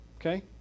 Okay